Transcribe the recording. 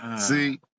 See